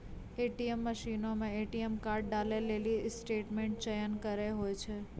ATM मशीनो मे ATM card डालै लेली स्टेटमेंट चयन करे होय छै